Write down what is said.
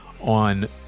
on